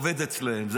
עובד אצלם,